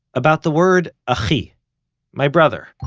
about the word ah achi, my brother.